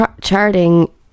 charting